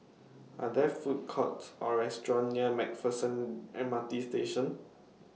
Are There Food Courts Or restaurants near Mac Pherson M R T Station